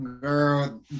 girl